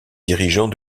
dirigeant